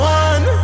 one